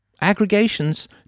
Aggregations